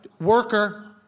worker